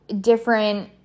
different